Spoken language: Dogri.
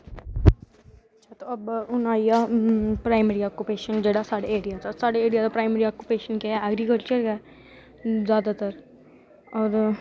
हून आई गेआ प्राईमरी अक्कुपेशन जेह्ड़ा साढ़े एरिया च प्राईमरी अक्कुपेशन केह् ऐ ऐग्रीकल्चर जैदातर होर